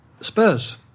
Spurs